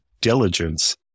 diligence